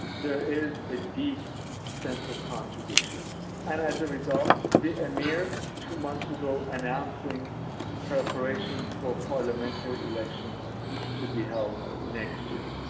there is a deep sense of contradictions and as a result, the emir two months ago announcing preparations for parliamentary elections to be held next year.